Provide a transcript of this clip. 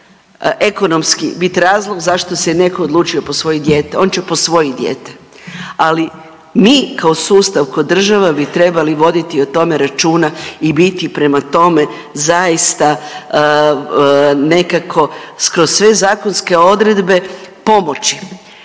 ekonomski bit razlog zašto se netko odlučio posvojiti dijete, on će posvojiti dijete, ali mi kao sustav, kao država bi trebali voditi o tome računa i biti prema tome zaista nekako kroz sve zakonske odredbe, pomoći.